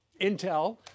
intel